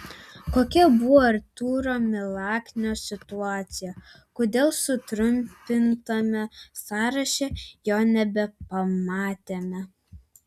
kokia buvo artūro milaknio situacija kodėl sutrumpintame sąraše jo nebepamatėme